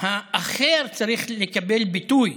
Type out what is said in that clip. האחר צריך לקבל ביטוי